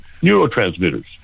neurotransmitters